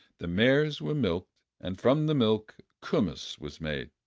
the mares were milked, and from the milk kumiss was made.